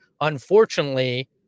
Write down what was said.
unfortunately